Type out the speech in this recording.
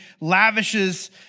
lavishes